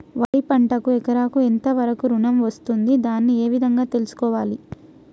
వరి పంటకు ఎకరాకు ఎంత వరకు ఋణం వస్తుంది దాన్ని ఏ విధంగా తెలుసుకోవాలి?